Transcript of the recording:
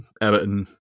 Everton